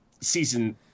season